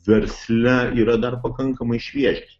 versle yra dar pakankamai šviežias